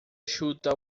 chuta